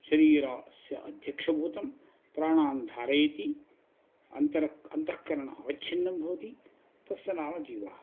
शरीरस्य अध्यक्षभूतं प्राणान् धारयति अन्तःकरणम् अन्तःकरणम् अवच्छिन्नं भवति तस्य नाम जीवः